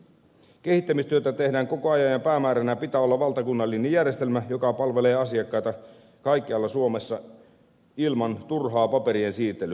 kehittämistyötä tehdään koko ajan ja päämääränä pitää olla valtakunnallinen järjestelmä joka palvelee asiakkaita kaikkialla suomessa ilman turhaa paperien siirtelyä